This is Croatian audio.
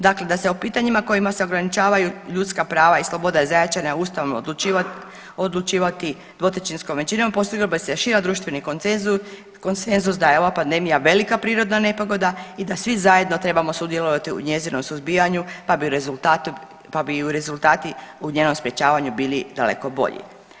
Dakle, da se o pitanjima kojima se ograničavaju ljudska prava i sloboda zajamčena Ustavom odlučivati dvotrećinskom većinom postigao bi se širi društveni konsenzus da je ova pandemija velika prirodna nepogoda i da svi zajedno trebamo sudjelovati u njezinom suzbijanju, pa bi rezultati u njenom sprječavanju bili daleko bolji.